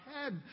head